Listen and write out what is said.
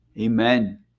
Amen